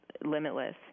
limitless